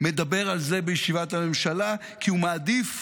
מדבר על זה בישיבת הממשלה, כי הוא מעדיף